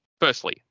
firstly